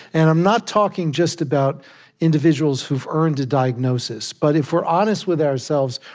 and i'm not talking just about individuals who've earned a diagnosis, but if we're honest with ourselves,